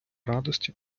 радості